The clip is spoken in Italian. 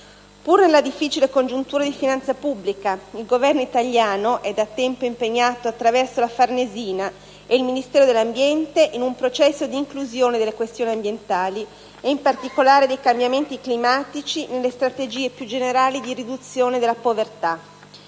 Pur nella difficile congiuntura di finanza pubblica, il Governo italiano è da tempo impegnato, attraverso la Farnesina e il Ministero dell'ambiente, in un processo di inclusione delle questioni ambientali, e in particolare dei cambiamenti climatici, nelle strategie più generali di riduzione della povertà.